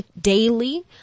daily